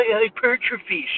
hypertrophy